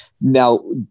Now